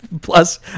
Plus